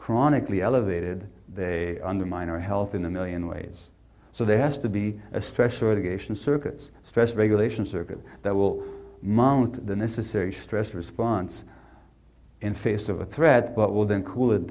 chronically elevated they undermine our health in a million ways so there has to be a special education circuits stress regulation circuit that will mount the necessary stress response in face of a threat but will then cool it